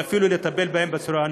ואפילו לטפל בהם בצורה הנכונה.